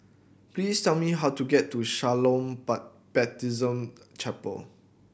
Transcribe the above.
please tell me how to get to Shalom but Baptist Chapel